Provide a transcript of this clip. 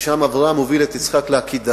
ששם אברהם הוביל את יצחק לעקדה,